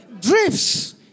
drifts